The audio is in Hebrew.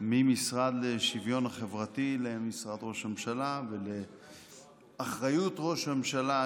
מהמשרד לשוויון חברתי למשרד ראש הממשלה ולאחריות ראש הממשלה,